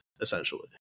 Essentially